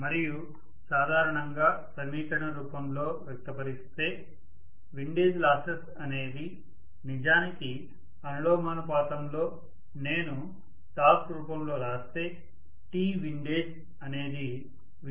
మరియు సాధారణంగా సమీకరణ రూపంలో వ్యక్తపరిస్తే విండేజ్ లాసెస్ అనేవి నిజానికి అనులోమానుపాతం లో నేను టార్క్ రూపంలో రాస్తే Twindageఅనేది విండేజ్ కి సంబంధించిన లాస్ టార్క్